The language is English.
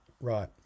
right